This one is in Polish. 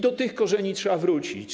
Do tych korzeni trzeba wrócić.